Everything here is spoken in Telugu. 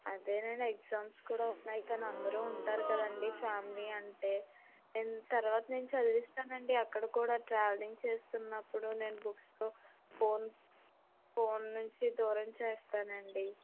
అదేనండి ఎగ్జామ్స్ కూడా ఉన్నాయి కానీ అందరూ ఉంటారు కదండీ ఫ్యామిలీ అంటే నేను తర్వాత నేను చదివిస్తానండి అక్కడ కూడా ట్రావెలింగ్ చేస్తున్నప్పుడు నేను బుక్స్తో ఫోన్ నుంచి దూరం చేస్తానండి